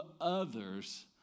others